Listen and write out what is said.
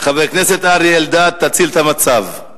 חבר הכנסת אריה אלדד, תציל את המצב.